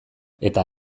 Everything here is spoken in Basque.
eta